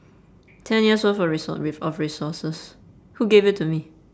ten years worth of resource of resources who gave it to me